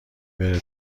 بره